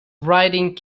writing